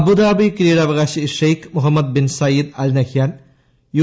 Abu Dhabi കിരീടാവകാശി Sheikh Mohammed bin Zayed Al Nahyan U